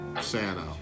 Santa